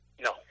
No